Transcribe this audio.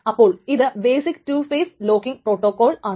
അപ്പോൾ ഇത് basic 2 phase locking protocol ആണ്